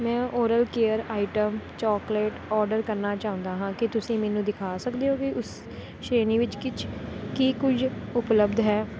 ਮੈਂ oral care item chocolate order ਕਰਨਾ ਚਾਹੁੰਦਾ ਹਾਂ ਕੀ ਤੁਸੀਂ ਮੈਨੂੰ ਦਿਖਾ ਸਕਦੇ ਹੋ ਕਿ ਉਸ ਸ਼੍ਰੇਣੀ ਵਿੱਚ ਕਿਛ ਕੀ ਕੁਝ ਉਪਲੱਬਧ ਹੈ